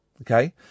Okay